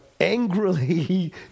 angrily